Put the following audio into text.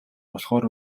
болохоор